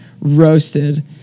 roasted